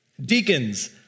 Deacons